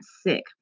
sick